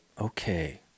okay